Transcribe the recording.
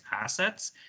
assets